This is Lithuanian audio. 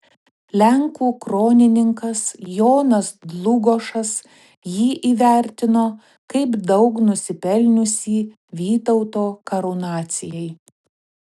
lenkų kronikininkas jonas dlugošas jį įvertino kaip daug nusipelniusį vytauto karūnacijai